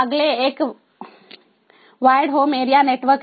अगले एक wired home area network है